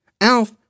Alf